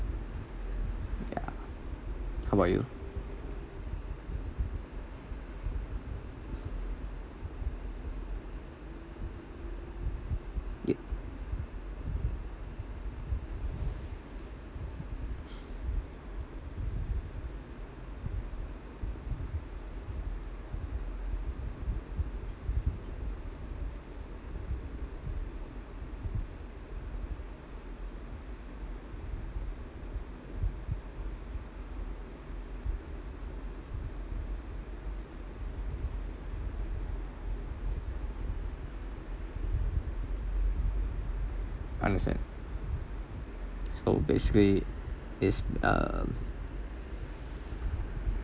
how about you understand so basically is uh